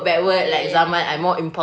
mm ya ya